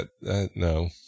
No